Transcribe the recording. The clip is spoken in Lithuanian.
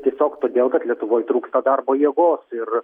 tiesiog todėl kad lietuvoj trūksta darbo jėgos ir